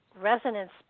resonance